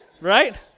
right